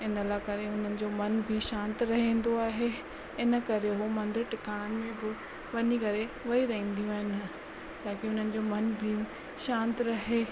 इन लाइ करे उन्हनि जो मन बि शांति रहंदो आहे इन करे उहे मंदर टिकाणनि में बि वञी करे वेही रहंदियूं आहिनि ताक़ी हुननि जो मन बि शांति रहे